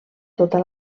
tota